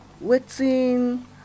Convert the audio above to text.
waiting